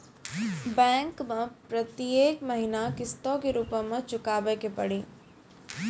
Bank मैं प्रेतियेक महीना किस्तो के रूप मे चुकाबै के पड़ी?